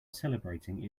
celebrating